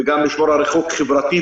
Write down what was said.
וגם לשמור על הריחוק החברתי.